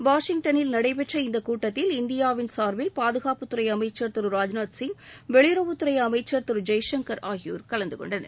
வாஷிங்டன்னில் நடைபெற்ற இந்த கூட்டத்தில் இந்தியாவின் சார்பில் பாதுகாப்புத்துறை அமைச்சர் திரு ராஜ்நாத் சிங் வெளியுறவுத்துறை அமைச்சர் திரு எஸ் ஜெய்சங்கர் ஆகியோர் கலந்துகொண்டனர்